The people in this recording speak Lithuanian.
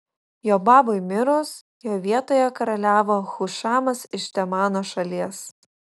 jobabui mirus jo vietoje karaliavo hušamas iš temano šalies